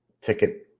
ticket